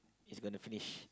is gonna finish